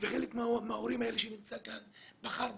וחלק מההורים שיושב כאן בחר בנו,